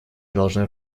должны